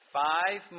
five